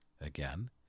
Again